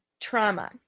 Trauma